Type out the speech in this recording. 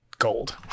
Gold